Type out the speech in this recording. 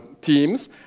teams